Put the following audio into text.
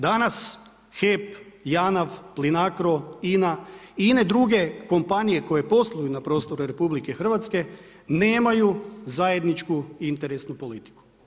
Danas HEP, JANAF, Plinacro, INA i ine druge kompanije koje posluju na prostoru RH nemaju zajedničku interesnu politiku.